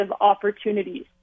opportunities